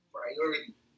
Priority